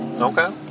Okay